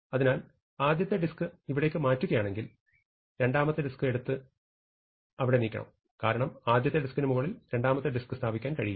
അതിനാൽ ആദ്യത്തെ ഡിസ്ക് ഇവിടേക്ക് മാറ്റുകയാണെങ്കിൽ രണ്ടാമത്തെ ഡിസ്ക് എടുത്ത് അവിടെ നീക്കണം കാരണം ആദ്യത്തെ ഡിസ്കിന് മുകളിൽ രണ്ടാമത്തെ ഡിസ്ക് സ്ഥാപിക്കാൻ കഴിയില്ല